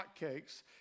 hotcakes